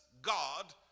God